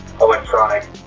electronic